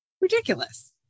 Ridiculous